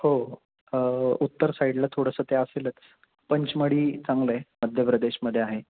हो उत्तर साईडला थोडंसं ते असेलच पचमढी चांगलं आहे मध्य प्रदेशमध्ये आहे